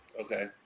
Okay